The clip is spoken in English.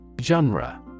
Genre